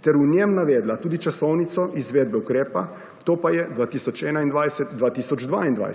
ter v njem navedla tudi časovnico izvedbe ukrepa, to pa je 2021-2022.